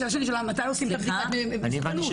השאלה שנשאלה מתי עושים את בדיקת המסוכנות.